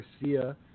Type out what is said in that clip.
Garcia